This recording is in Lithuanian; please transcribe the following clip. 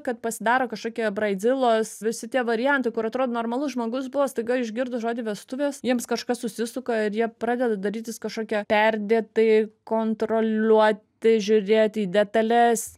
kad pasidaro kažkokie braidzilos visi tie variantai kur atrodo normalus žmogus buvo staiga išgirdus žodį vestuvės jiems kažkas susisuka ir jie pradeda darytis kažkokie perdėtai kontroliuoti žiūrėti į detales